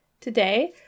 Today